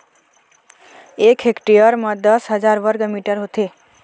एक हेक्टेयर म दस हजार वर्ग मीटर होथे